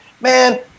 man